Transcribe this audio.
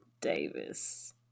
davis